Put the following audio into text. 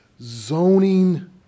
Zoning